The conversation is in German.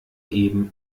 eben